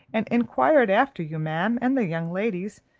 and inquired after you, ma'am, and the young ladies,